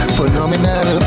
phenomenal